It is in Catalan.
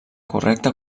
correcta